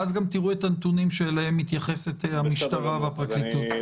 ואז גם תיראו את הנתונים שאליהם מתייחסות המשטרה והפרקליטות.